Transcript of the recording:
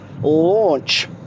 launch